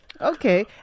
Okay